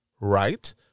right